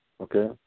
Okay